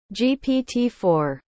GPT-4